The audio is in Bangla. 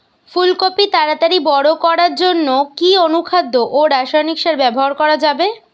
ফুল কপি তাড়াতাড়ি বড় করার জন্য কি অনুখাদ্য ও রাসায়নিক সার ব্যবহার করা যাবে?